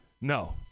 No